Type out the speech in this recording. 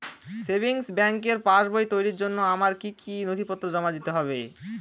Savings ব্যাংকের পাসবই তৈরির জন্য আমার কি কি নথিপত্র জমা দিতে হবে?